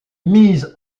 mis